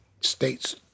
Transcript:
states